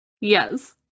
yes